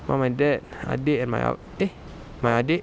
mum and dad adik and my ab~ eh my adik